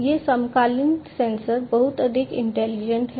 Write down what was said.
ये समकालीन सेंसर बहुत अधिक इंटेलिजेंट हैं